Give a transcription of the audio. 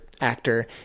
actor